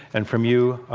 and from you,